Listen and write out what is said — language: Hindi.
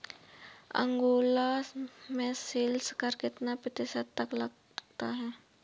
अंगोला में सेल्स कर कितना प्रतिशत तक लगता है?